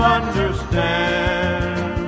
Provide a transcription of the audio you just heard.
understand